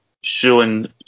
showing